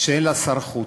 שאין לה שר חוץ?